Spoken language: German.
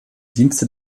dienste